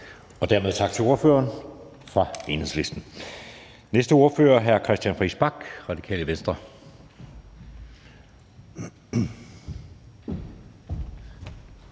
Dermed tak til ordføreren for Enhedslisten. Næste ordfører er hr. Christian Friis Bach, Radikale Venstre.